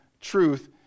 truth